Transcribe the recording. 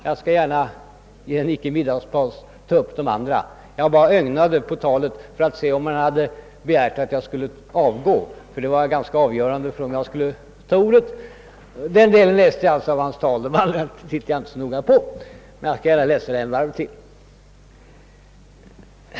Jag skall gärna i en icke-middagspaus ta upp de övriga. Jag bara ögnade igenom hans tal för att se om han hade begärt att jag skulle avgå; det var avgörande för om jag skulle begära ordet. Den delen av hans tal läste jag alltså, det övriga tittade jag inte så noga på, men jag skall gärna läsa det ett varv till.